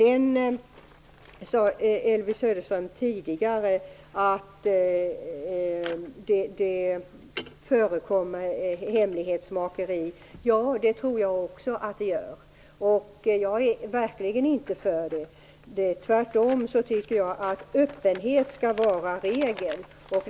Elvy Söderström sade tidigare här att det förekommer hemlighetsmakeri. Ja, det tror jag också att det gör. Jag är verkligen inte för hemlighetsmakeri. Tvärtom tycker jag att öppenhet skall vara regel.